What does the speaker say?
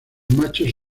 machos